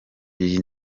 iyi